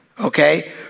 okay